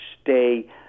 stay